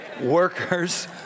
Workers